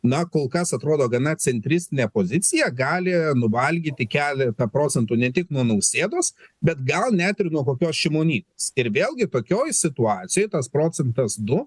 na kol kas atrodo gana centristine pozicija gali nuvalgyti keletą procentų ne tik nuo nausėdos bet gal net ir nuo kokios šimonytės ir vėlgi tokioj situacijoj tas procentas du